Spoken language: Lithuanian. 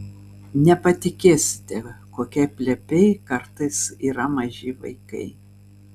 nepatikėsite kokie plepiai kartais yra maži vaikai